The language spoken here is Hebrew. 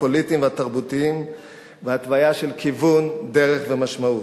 הפוליטיים והתרבותיים והתוויה של כיוון דרך ומשמעות.